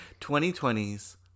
2020's